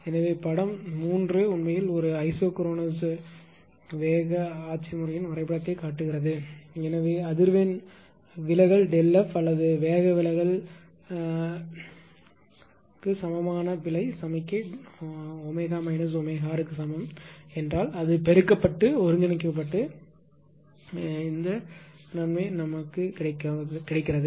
எனவே படம் 3 உண்மையில் ஒரு ஐசோக்ரோனஸ் வேக ஆட்சி முறையின் வரைபடத்தைக் காட்டுகிறது எனவே அதிர்வெண் விலகல் ΔF அல்லது வேக விலகல் to க்கு சமமான பிழை சமிக்ஞை ω ω r க்கு சமம் என்றால் அது பெருக்கப்பட்டு ஒருங்கிணைக்கப்பட்டு இந்த ஆதாயம் இருக்கிறது